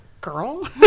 girl